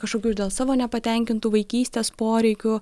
kažkokių ir dėl savo nepatenkintų vaikystės poreikių